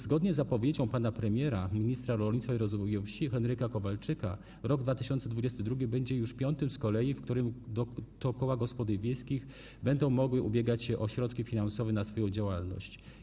Zgodnie z zapowiedzią pana premiera, ministra rolnictwa i rozwoju wsi Henryka Kowalczyka rok 2022 będzie już piątym z kolei, w którym to koła gospodyń wiejskich będą mogły ubiegać się o środki finansowe na swoją działalność.